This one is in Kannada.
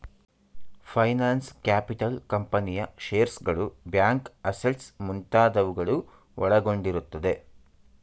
ಫೈನಾನ್ಸ್ ಕ್ಯಾಪಿಟಲ್ ಕಂಪನಿಯ ಶೇರ್ಸ್ಗಳು, ಬ್ಯಾಂಕ್ ಅಸೆಟ್ಸ್ ಮುಂತಾದವುಗಳು ಒಳಗೊಂಡಿರುತ್ತದೆ